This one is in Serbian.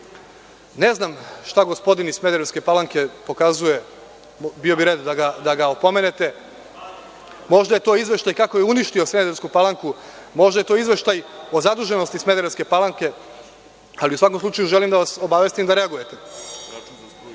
znam šta gospodin iz Smederevske Palanke pokazuje, bio bi red da ga opomenete. Možda je to izveštaj kako je uništio Smederevsku Palanku, možda je to izveštaj o zaduženosti Smederevske Palanke, ali u svakom slučaju želim da vas obavestim da reagujete.